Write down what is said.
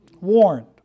warned